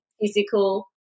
physical